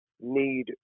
need